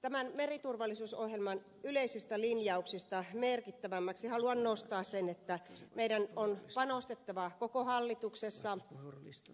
tämän meriturvallisuusohjelman yleisistä linjauksista merkittävimmäksi haluan nostaa sen että meidän on panostettava koko hallituksessa